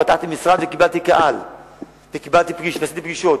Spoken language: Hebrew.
פתחתי משרד לקהל וקיבלתי קהל וקיימתי פגישות.